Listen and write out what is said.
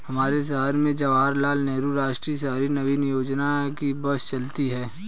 हमारे शहर में जवाहर लाल नेहरू राष्ट्रीय शहरी नवीकरण योजना की बस चलती है